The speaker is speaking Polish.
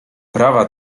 prawa